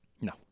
No